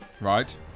right